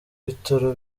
bitaro